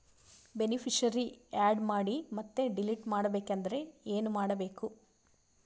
Beneficiary, add ಮಾಡಿ ಮತ್ತೆ delete ಮಾಡಬೇಕೆಂದರೆ ಏನ್ ಮಾಡಬೇಕು?